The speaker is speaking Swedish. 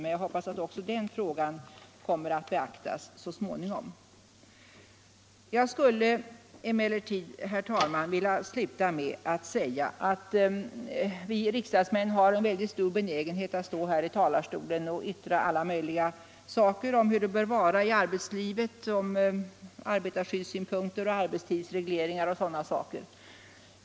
Men jag hoppas att också den frågan kommer att beaktas så småningom. Vi riksdagsmän har stor benägenhet att stå i talarstolen och yttra alla möjliga saker om hur det bör vara i arbetslivet, om arbetarskyddssynpunkter, arbetstidsregleringar osv.